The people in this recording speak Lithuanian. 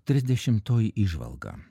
trisdešimtoji įžvalga